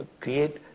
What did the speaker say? create